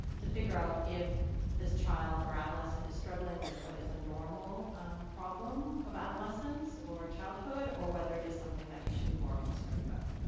to figure out if this child or adolescent is struggling with what is a normal problem of adolescence or childhood, or whether it is something that you should be more concerned about.